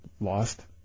Lost